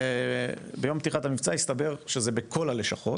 ביום פתיחת המבצע הסתבר שזה בכל הלשכות.